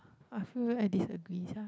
I feel I disagree sia